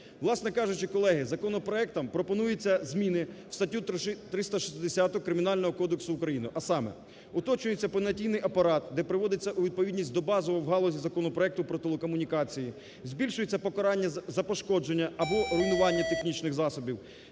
Власне кажучи, колеги, законопроектом пропонуються зміни в статтю 360 Кримінального кодексу України. А саме, уточнюється понятійний апарат, де приводиться у відповідність до базового в галузі законопроекту про телекомунікації, збільшується покарання за пошкодження або руйнування технічних засобів,